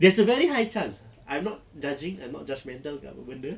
there's a very high chance I'm not judging I'm not judgemental ke apa benda